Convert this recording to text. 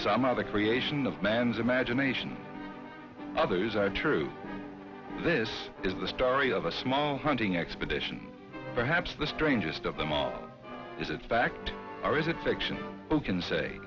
some of the creation of man's imagination others are true this is the story of a small hunting expedition perhaps the strangest of them all is it fact or is it fiction who can say